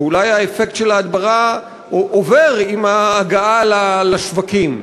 אולי האפקט של ההדברה עובר עם ההגעה לשווקים.